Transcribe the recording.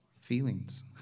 feelings